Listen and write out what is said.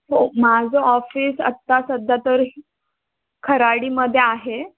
हो माझं ऑफिस आत्ता सध्या तर खराडीमध्ये आहे